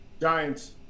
Giants